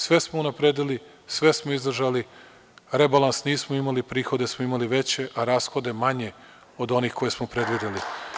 Sve smo unapredili, sve smo izdržali, rebalans nismo imali, prihode smo imali veće, a rashode manje od onih koje smo predvideli.